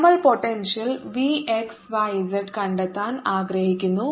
നമ്മൾ potential V x y z കണ്ടെത്താൻ ആഗ്രഹിക്കുന്നു